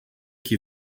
que